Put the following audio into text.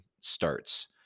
starts